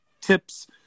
tips